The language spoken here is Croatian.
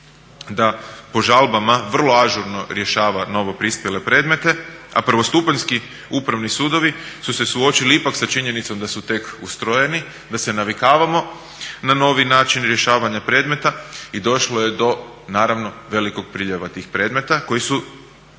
da po žalbama vrlo ažurno rješava novo prispjele predmete, a prvostupanjski upravni sudovi su se suočili ipak sa činjenicom da su tek ustrojeni, da se navikavamo na novi način rješavanja predmeta i došlo je naravno velikog priljeva tih predmeta koji su